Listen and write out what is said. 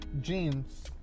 Jeans